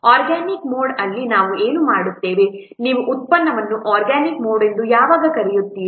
organic mode ಅಲ್ಲಿ ನಾವು ಏನು ಮಾಡುತ್ತೇವೆನೀವು ಉತ್ಪನ್ನವನ್ನು ಆರ್ಗ್ಯಾನಿಕ್ ಮೋಡ್ ಎಂದು ಯಾವಾಗ ಕರೆಯುತ್ತಿರಿ